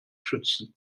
schützen